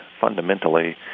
fundamentally